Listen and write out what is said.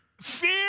Fear